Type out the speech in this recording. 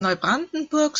neubrandenburg